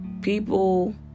People